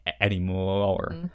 anymore